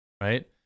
right